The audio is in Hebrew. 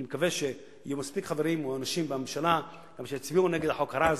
אני מקווה שיהיו מספיק חברים או אנשים שיצביעו נגד החוק הרע הזה,